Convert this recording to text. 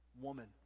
woman